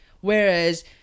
Whereas